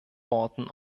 worten